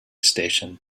station